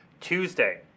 Tuesday